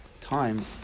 time